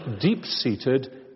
deep-seated